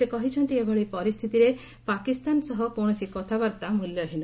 ସେ କହିଛନ୍ତି ଏଭଳି ପରିସ୍ଥିତିରେ ପାକିସ୍ତାନ ସହ କୌଣସି କଥାବାର୍ତ୍ତା ମୂଲ୍ୟହୀନ